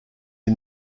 est